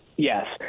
Yes